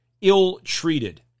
ill-treated